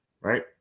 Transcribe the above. right